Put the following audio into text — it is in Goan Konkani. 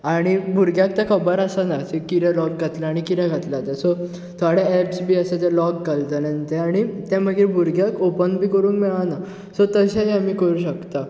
आनी भुरग्याक तें खबर आसना तें कितें लॉक घातला आनी कितें घातला ते सो थोडे ऍपस बी आसा ते लॉक घालतले ते आनी ते मागीर भुरग्यांक ओपन बीन करूंक मेळना सो तशें बीन आमी करूंक शकता